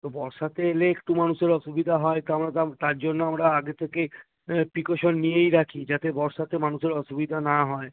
তো বর্ষাতে এলে একটু মানুষের অসুবিধা হয় তো আমরা তা আমরা তার জন্য আমরা আগে থেকে প্রিকোশন নিয়েই রাখি যাতে বর্ষাতে মানুষের অসুবিধা না হয়